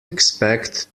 expect